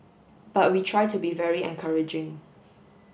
but we try to be very encouraging